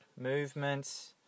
movements